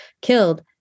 killed